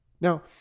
Now